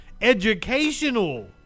educational